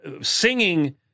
singing